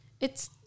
It's-